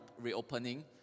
reopening